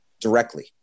directly